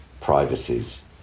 privacies